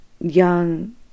young